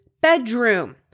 bedroom